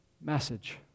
message